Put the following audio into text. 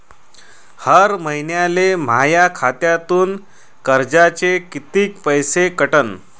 हर महिन्याले माह्या खात्यातून कर्जाचे कितीक पैसे कटन?